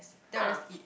!huh!